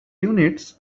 units